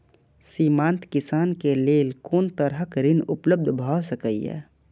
सीमांत किसान के लेल कोन तरहक ऋण उपलब्ध भ सकेया?